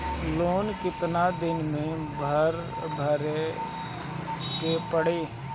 Loan कितना दिन मे भरे के पड़ी?